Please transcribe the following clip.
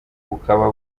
bukaba